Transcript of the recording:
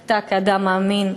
אתה כאדם מאמין,